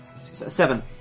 Seven